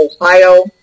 Ohio